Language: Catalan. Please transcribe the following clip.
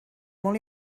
molt